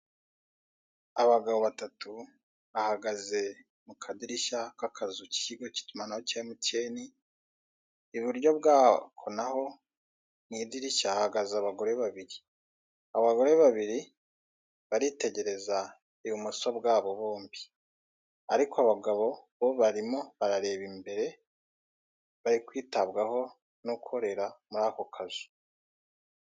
Abagabo batatu bahagaze mu akadirishya kakazu k'itumanaho rya emutiyene iburyo bwako naho mu idirishya hahagaze abagore ababiri, abagore abibiri baritegereza ibumumoso bwabo bombi ariko abagabo bo barimo barareba imbere bari kwitabwaho n'abakorera muri ako kazu.